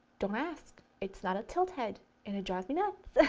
don't ask. it's not a tilt head. and it drives me nuts!